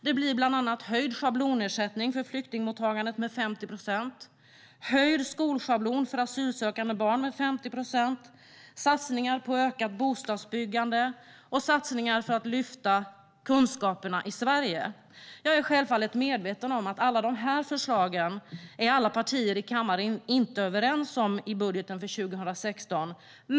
Det blir bland annat höjd schablonersättning för flyktingmottagandet med 50 procent, höjd skolschablon för asylsökande barn med 50 procent, satsningar på ökat bostadsbyggande och satsningar för att lyfta kunskaperna i Sverige. Jag är självfallet medveten om att alla partier i denna kammare inte är överens om alla dessa förslag i budgeten för 2016.